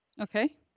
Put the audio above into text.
Okay